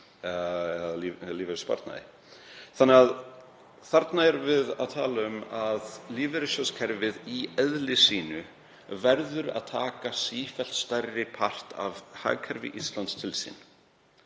Þarna erum við að tala um að lífeyrissjóðakerfið í eðli sínu verður að taka sífellt stærri part af hagkerfi Íslands til sín.